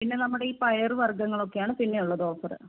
പിന്നെ നമ്മുടെ ഈ പയറ് വർഗങ്ങളൊക്കെയാണ് പിന്നെ ഉള്ളത് ഓഫറ്